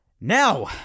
Now